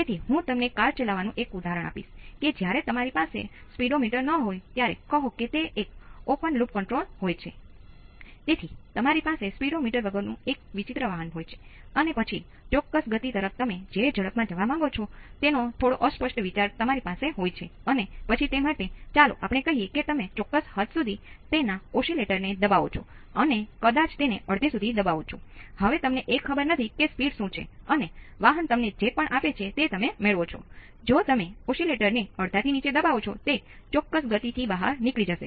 તેથી આપણી પાસે V1 છે અને આ V2 તમને V1 V2 આપે છે અને આપણી પાસે V1 V2 × R2 ભાંગ્યા R1 V1 V2 × R2 ભાંગ્યા R1 છે